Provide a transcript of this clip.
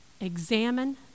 examine